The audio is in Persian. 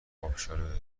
آبشار